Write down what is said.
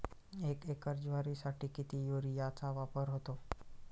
एक एकर ज्वारीसाठी किती युरियाचा वापर होतो?